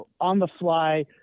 on-the-fly